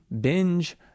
binge